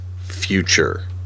future